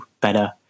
better